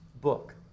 book